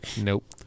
Nope